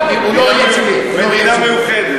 מדינה מיוחדת.